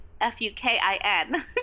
F-U-K-I-N